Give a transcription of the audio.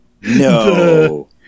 No